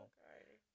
Okay